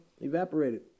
evaporated